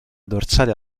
dorsale